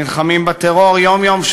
נלחמים בטרור יום-יום,